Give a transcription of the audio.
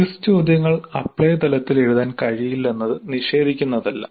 quiz ചോദ്യങ്ങൾ apply തലത്തിൽ എഴുതാൻ കഴിയില്ലെന്നത് നിഷേധിക്കുന്നതല്ല